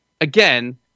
again